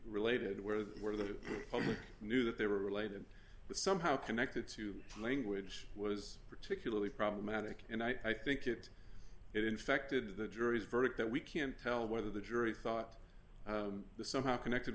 related where they were the public knew that they were related somehow connected to language was particularly problematic and i think it it infected the jury's verdict that we can tell whether the jury thought the somehow connected